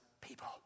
people